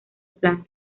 plan